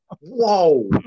whoa